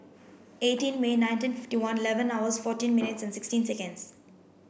eighteen May nineteen fifty one eleven hours fourteen minutes and sixteen seconds